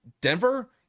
Denver